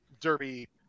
Derby